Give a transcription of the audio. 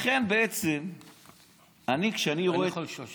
אני יכול לשאול שאלה?